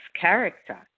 character